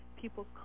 people